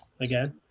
again